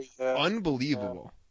Unbelievable